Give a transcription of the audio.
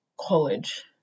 college